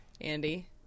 Andy